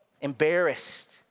embarrassed